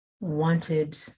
wanted